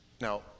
Now